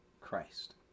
Christ